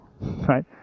right